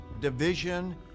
division